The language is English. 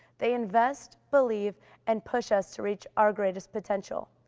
they invest, believe and push us to reach our greatest potential.